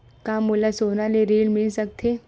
का मोला सोना ले ऋण मिल सकथे?